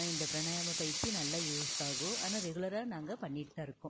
இந்த பிரணாயாம பயிற்சி நல்லா யூஸ் ஆகும் ஆனால் ரெகுலராக நாங்கள் பண்ணிகிட்டுதான் இருக்கோம்